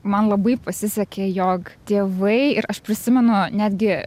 man labai pasisekė jog tėvai ir aš prisimenu netgi